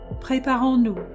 Préparons-nous